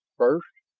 first,